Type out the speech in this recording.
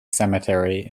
cemetery